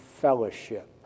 fellowship